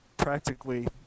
Practically